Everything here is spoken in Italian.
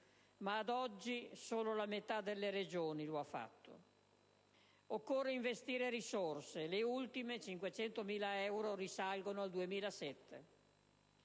ma ad oggi solo la metà delle Regioni lo ha fatto. Occorre investire risorse: le ultime (500.000 euro) risalgono al 2007.